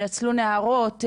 ינצלו נערות,